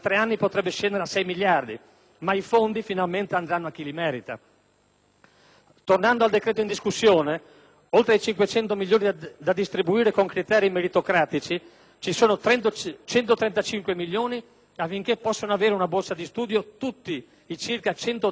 Ma i fondi finalmente andranno a chi li merita. Tornando al decreto in discussione, oltre ai 500 milioni da distribuire con criteri meritocratici, ci sono 135 milioni affinché possano avere una borsa di studio tutti i circa 180.000 ragazzi che ne hanno diritto